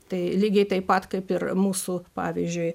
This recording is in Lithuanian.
tai lygiai taip pat kaip ir mūsų pavyzdžiui